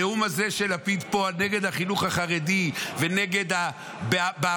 הנאום הזה של לפיד פה נגד החינוך החרדי ונגד ה"בערות",